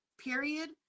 period